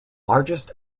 largest